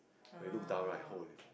when you look down right holy